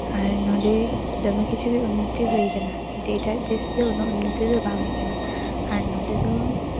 ᱟᱨ ᱱᱚᱰᱮ ᱫᱚᱢᱮ ᱠᱤᱪᱷᱩ ᱜᱮ ᱩᱱᱱᱚᱛᱤ ᱦᱩᱭ ᱠᱟᱱᱟ ᱮᱴᱟᱜ ᱫᱮᱥ ᱨᱮᱫᱚ ᱩᱱᱟᱹᱜ ᱩᱱᱱᱚᱛᱤ ᱫᱚ ᱵᱟᱝ ᱦᱩᱭ ᱠᱟᱱᱟ ᱟᱨ ᱱᱚᱰᱮ ᱫᱚ